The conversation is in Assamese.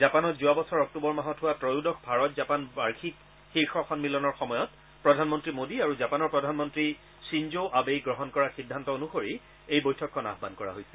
জাপানত যোৱা বছৰ অক্টোবৰ মাহত হোৱা ত্ৰয়োদশ ভাৰত জাপান বাৰ্ষিক শীৰ্ষ সন্মিলনৰ সময়ত প্ৰধানমন্ত্ৰী মোডী আৰু জাপানৰ প্ৰধানমন্ত্ৰী খিনজৌ আবেই গ্ৰহণ কৰা সিদ্ধান্ত অনুসৰি এই বৈঠকখন আহ্য়ন কৰা হৈছে